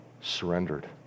surrendered